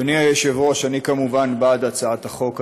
אדוני היושב-ראש, אני כמובן בעד הצעת החוק הזאת,